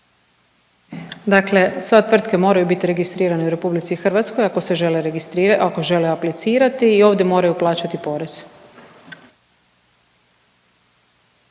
Dakle, sve tvrtke moraju biti registrirane u RH ako se žele registrirati, ako žele aplicirati i ovdje moraju plaćati porez.